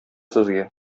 сезгә